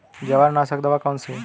जवार नाशक दवा कौन सी है?